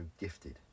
gifted